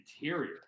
interior